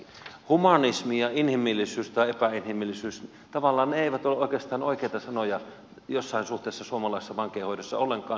humanismi ja inhimillisyys tai epäinhimillisyys tavallaan eivät ole oikeastaan oikeita sanoja jossain suhteessa suomalaisessa vankeinhoidossa ollenkaan